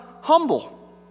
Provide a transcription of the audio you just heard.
humble